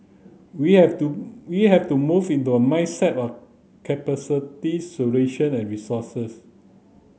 we have to we have to move into a mindset of solution and resources